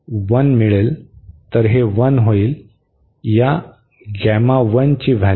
तर हे 1 होईल